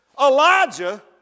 Elijah